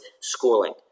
schooling